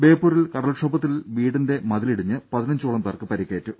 ബേപ്പൂരിൽ കടൽക്ഷോഭത്തിൽ വീടിന്റെ മതിലിടിഞ്ഞ് പതിനഞ്ചോളം പേർക്ക് പരുക്കേറ്റു